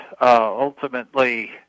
ultimately